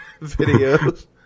videos